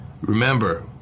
remember